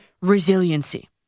resiliency